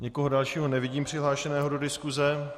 Nikoho dalšího nevidím přihlášeného do diskuse.